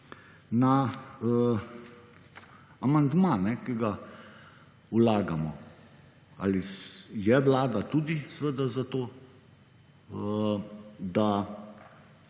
na amandma, ki ga vlagamo. Ali je vlada tudi za to, da